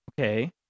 Okay